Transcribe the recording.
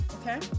okay